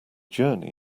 journey